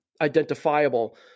identifiable